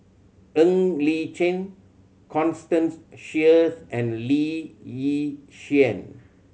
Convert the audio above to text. Ng Li Chin Constance Sheares and Lee Yi Shyan